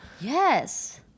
Yes